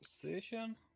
position